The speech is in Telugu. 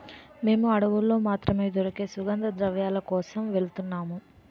మేము అడవుల్లో మాత్రమే దొరికే సుగంధద్రవ్యాల కోసం వెలుతున్నాము